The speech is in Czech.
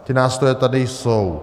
Ty nástroje tady jsou.